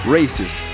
Races